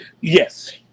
Yes